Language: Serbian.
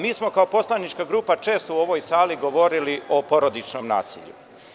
Mi smo kao poslanička grupa često u ovoj sali govorili o porodičnom nasilju.